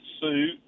suit